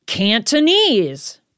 Cantonese